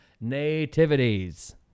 Nativities